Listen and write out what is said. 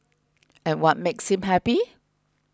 and what makes him happy